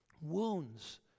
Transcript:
wounds